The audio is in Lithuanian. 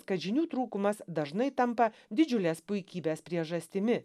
kad žinių trūkumas dažnai tampa didžiulės puikybės priežastimi